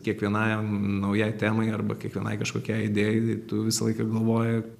kiekvienam naujai temai arba kiekvienai kažkokiai idėjai tu visą laiką galvoji